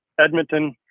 Edmonton